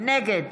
נגד